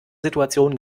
situation